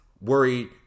worried